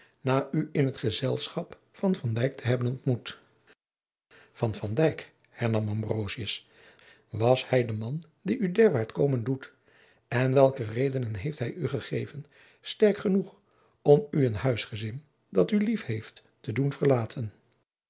na u in t gezelschap van van dyk te hebben ontmoet van van dyk hernam ambrosius was hij de man die u derwaart komen doet en welke redenen heeft hij u gegeven sterk genoeg om u een huisgezin dat u lief heeft te doen verlaten